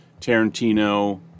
Tarantino